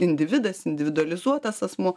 individas individualizuotas asmuo